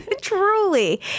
Truly